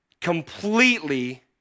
completely